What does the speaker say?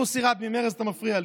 מוסי רז ממרצ, אתה מפריע לי,